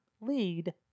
lead